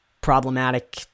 problematic